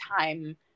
time